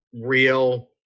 real